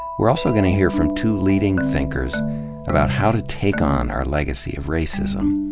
we're also going to hear from two leading thinkers about how to take on our legacy of racism,